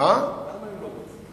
הם לא רוצים?